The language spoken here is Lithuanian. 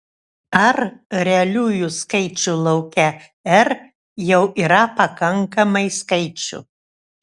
ar realiųjų skaičių lauke r jau yra pakankamai skaičių